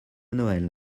noël